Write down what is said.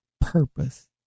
purpose